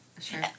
Sure